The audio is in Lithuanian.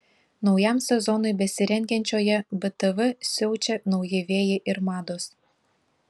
naujam sezonui besirengiančioje btv siaučia nauji vėjai ir mados